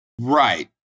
Right